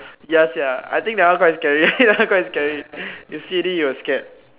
yes ya I think that one quite scary quite scary you see already you will scared